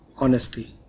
Honesty